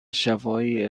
شفاهی